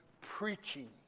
preaching